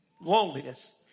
loneliness